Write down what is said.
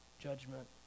judgment